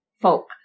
folk